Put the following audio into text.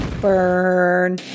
Burn